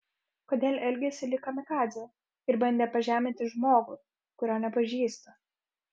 kodėl elgėsi lyg kamikadzė ir bandė pažeminti žmogų kurio nepažįsta